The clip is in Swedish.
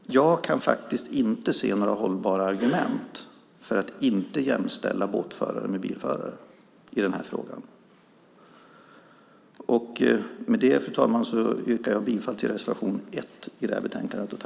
Jag kan inte se några hållbara argument för att inte jämställa båtförare med bilförare i denna fråga. Med det yrkar jag bifall till reservationen i betänkandet.